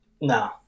No